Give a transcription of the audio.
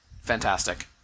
Fantastic